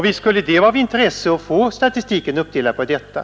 Visst skulle det vara av intresse att få en sådan uppdelning av statistiken.